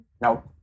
No